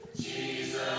Jesus